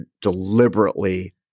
deliberately